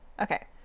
Okay